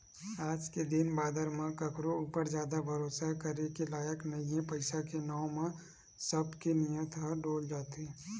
आज के दिन बादर म कखरो ऊपर जादा भरोसा करे के लायक नइ हे पइसा के नांव म सब के नियत ह डोल जाथे